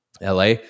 LA